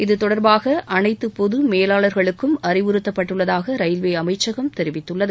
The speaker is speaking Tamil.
இத்தொடர்பாக அனைத்து பொது மேவாளர்களுக்கும் அறிவுறத்தப்பட்டுள்ளதாக ரயில்வே அமைச்சகம் தெரிவித்துள்ளது